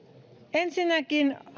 ensinnäkin